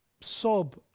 sob